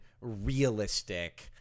realistic